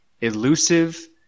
elusive